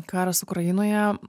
karas ukrainoje